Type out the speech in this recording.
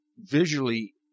visually